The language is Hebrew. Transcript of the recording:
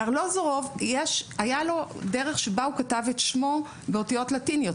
לארלוזורוב הייתה דרך שבה הוא כתב את שמו באותיות לטיניות,